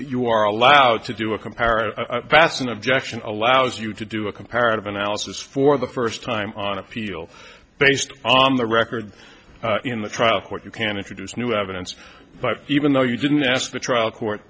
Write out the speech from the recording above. you are allowed to do a comparative pass an objection allows you to do a comparative analysis for the first time on appeal based on the record in the trial court you can introduce new evidence but even though you didn't ask the trial court